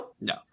No